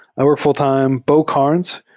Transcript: i work full-time. beau carnes.